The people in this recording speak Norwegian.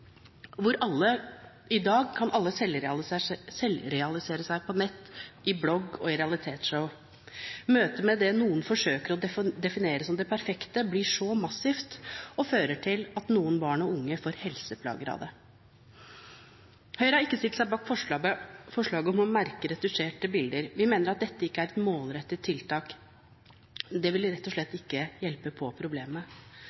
kan alle selvrealisere seg på nett i blogg og i realitetsshow. Møtet med det som noen forsøker å definere som det perfekte, blir så massivt og fører til at noen barn og unge får helseplager av det. Høyre har ikke stilt seg bak forslaget om å merke retusjerte bilder. Vi mener at dette ikke er et målrettet tiltak, det ville rett og